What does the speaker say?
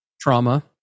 trauma